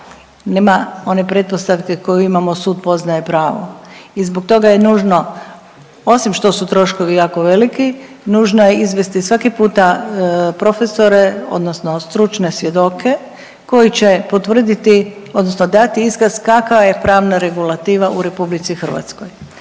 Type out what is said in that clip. nema one pretpostavke koju imamo sud poznaje pravo. I zbog toga je nužno osim što su troškovi jako veliki, nužno je izvesti svaki puta profesore odnosno stručne svjedoke koji će potvrditi odnosno dati iskaz kakva je pravna regulativa u RH. Da li se